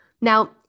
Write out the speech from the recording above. Now